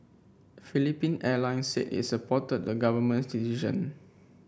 Philippine Airlines said it supported the government's decision